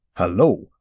Hello